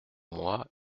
moi